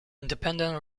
independent